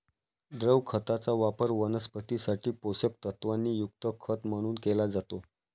द्रव खताचा वापर वनस्पतीं साठी पोषक तत्वांनी युक्त खत म्हणून केला जातो